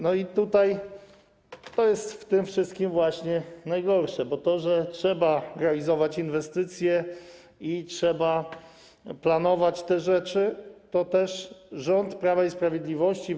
No i to jest w tym wszystkim właśnie najgorsze, bo to, że trzeba realizować inwestycje i trzeba planować te rzeczy, to też rząd Prawa i Sprawiedliwości.